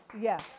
Yes